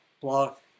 block